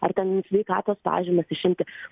ar ten sveikatos pažymas išimti